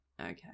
okay